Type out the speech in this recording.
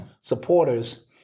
supporters